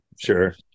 sure